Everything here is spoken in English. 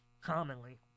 commonly